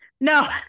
No